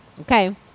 okay